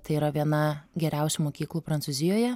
tai yra viena geriausių mokyklų prancūzijoje